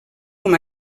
com